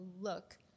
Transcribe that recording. look